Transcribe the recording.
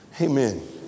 Amen